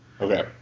okay